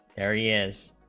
areas